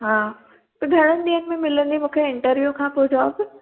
हा त घणनि ॾींहंनि में मिलंदी मूंखे इंटरवियूं खां पोइ जॉब